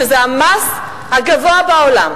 שזה המס הגבוה בעולם,